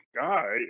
guy